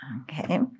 Okay